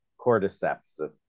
cordyceps